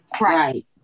Right